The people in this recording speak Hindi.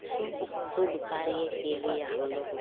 शुभ शुभ कार्य के लिए हम लोग